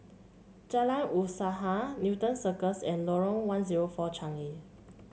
Jalan Usaha Newton Circus and Lorong one zero four Changi